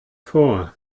vor